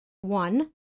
One